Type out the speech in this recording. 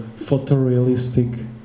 photorealistic